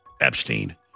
Epstein